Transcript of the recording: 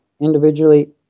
individually